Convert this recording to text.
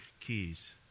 keys